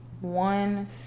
one